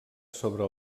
sobre